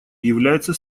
является